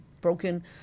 broken